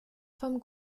vom